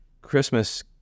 Christmas